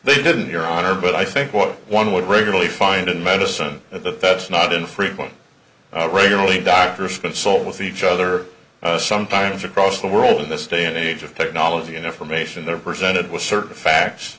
they didn't your honor but i think what one would regularly find in medicine at the fest not infrequent regularly doctors consult with each other sometimes across the world in this day and age of technology and information they're presented with certain facts